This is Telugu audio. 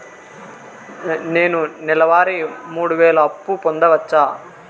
నేను నెల వారి మూడు వేలు అప్పు పొందవచ్చా?